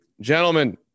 Gentlemen